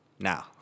now